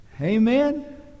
Amen